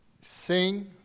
sing